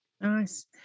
Nice